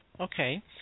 Okay